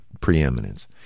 preeminence